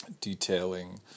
detailing